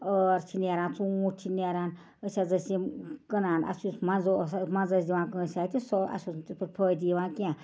ٲر چھِ نیران ژوٗنٹھ چھِ نیران أسۍ حظ ٲسۍ یِم کٕنان اَسہِ یُس مَزٕ اوس مزٕ ٲسۍ دِوان کٲنٛسہِ اتھِ سُہ اَسہِ اوس نہٕ تِتھ پٲٹھۍ فٲیدٕ ہِوان کیٚنٛہہ